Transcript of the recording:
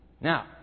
Now